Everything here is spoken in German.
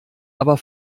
aber